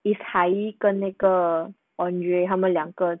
it's hai yi 跟那个 andre 他们两个